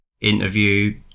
interview